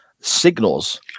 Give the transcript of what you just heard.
signals